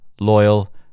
loyal